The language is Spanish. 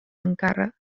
ankara